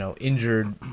injured